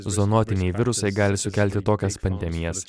zonotiniai virusai gali sukelti tokias pandemijas